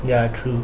ya true